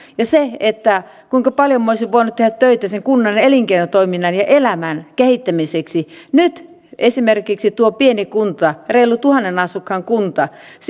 kuinka paljon olisinkaan voinut tehdä töitä sen kunnan elinkeinotoiminnan ja elämän kehittämiseksi nyt esimerkiksi tuo pieni kunta reilun tuhannen asukkaan kunta